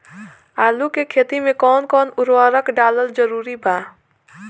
आलू के खेती मे कौन कौन उर्वरक डालल जरूरी बा?